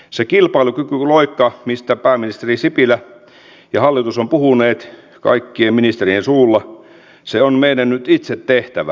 se kilpailukykyloikka mistä pääministeri sipilä ja hallitus ovat puhuneet kaikkien ministerien suulla on meidän nyt itse tehtävä